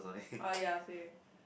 ah ya same